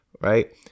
right